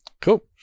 cool